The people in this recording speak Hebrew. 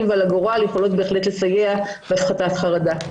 ועל הגורל יכולות בהחלט לסייע בהפחתת חרדה.